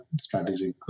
strategic